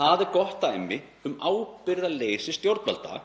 Það er gott dæmi um ábyrgðarleysi stjórnvalda